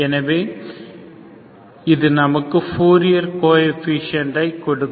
எனவே இது நமக்கு ஃப்பூரியர் கோயேபிசியன்ட் ஐ கொடுக்கும்